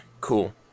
cool